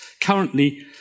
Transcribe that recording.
currently